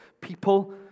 people